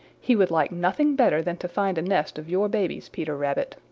he would like nothing better than to find a nest of your babies, peter rabbit.